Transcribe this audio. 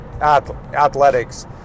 athletics